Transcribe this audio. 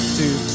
two